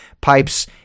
pipes